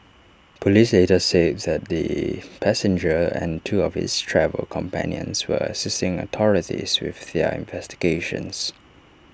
Police later said that the passenger and two of his travel companions were assisting authorities with their investigations